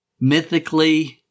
mythically